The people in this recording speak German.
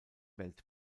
welt